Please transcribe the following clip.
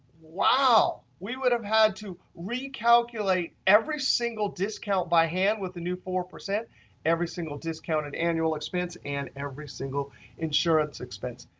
wow, we would have had to recalculate every single discount by hand with the new four, every single discounted annual expense, and every single insurance expense.